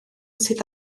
sydd